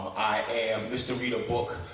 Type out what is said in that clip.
i am mr. read-a-book.